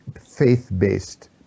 faith-based